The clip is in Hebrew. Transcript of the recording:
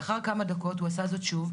לאחר כמה דקות הוא עשה הזאת שוב,